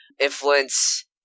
Influence